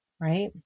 right